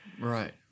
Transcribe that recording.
Right